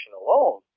alone